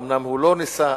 אומנם הוא לא ניסה.